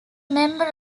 member